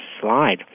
slide